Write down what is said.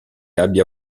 abbia